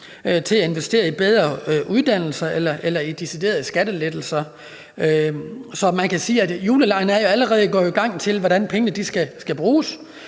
til at investere i bedre uddannelser eller deciderede skattelettelser. Så man kan sige, at julelegen allerede er gået i gang til, hvordan pengene skal bruges.